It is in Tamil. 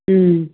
ம்